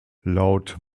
laut